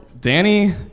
Danny